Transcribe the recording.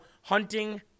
Hunting